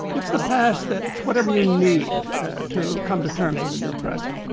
it's the past that's whatever you need ah to come to terms and with your present.